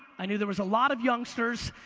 i knew there was a lot of youngsters,